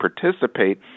participate